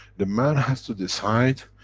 the man has to decide,